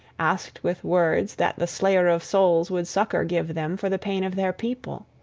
asked with words that the slayer-of-souls would succor give them for the pain of their people.